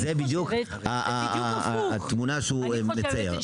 זאת בדיוק התמונה שהוא מצייר.